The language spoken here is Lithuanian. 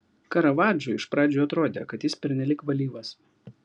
karavadžui iš pradžių atrodė kad jis pernelyg valyvas